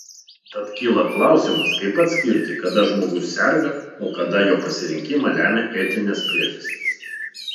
tad kyla klausimas kaip atskirti kada žmogus serga o kada jo pasirinkimą lemia etinės priežastys